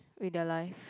with their life